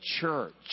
church